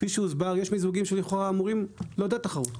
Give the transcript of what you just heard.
כפי שהוסבר יש מיזוגים שלכאורה אמורים לעודד תחרות,